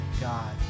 God